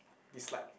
dislike